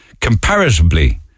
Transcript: Comparatively